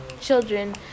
children